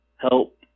help